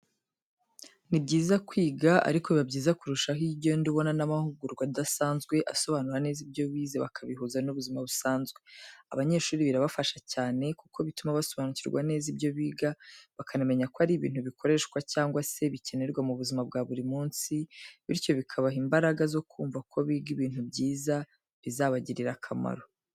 Ni byiza kwiga ariko biba byiza kurushaho iyo ugenda ubona n'amahugurwa adasanzwe asobanura neza ibyo wize bakabihuza n'ubuzima busanzwe. Abanyeshuri birabafasha cyane kuko bituma basobanukirwa neza ibyo biga bakanamenya ko ari ibintu bikoreshwa cyangwa se bikenerwa mu buzima bwa buri munsi, bityo bikabaha imbaraga zo kumva ko biga ibintu byiza bizabagirira akamaro.